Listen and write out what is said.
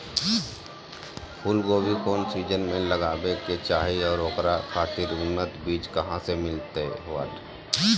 फूलगोभी कौन सीजन में लगावे के चाही और ओकरा खातिर उन्नत बिज कहा से मिलते?